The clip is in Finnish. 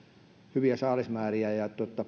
hyviä saalismääriä